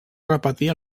repetir